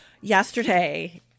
yesterday